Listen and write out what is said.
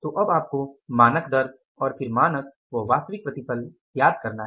तो अब आपको मानक दर और फिर मानक व वास्तविक प्रतिफल ज्ञात करना है